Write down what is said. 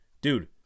Dude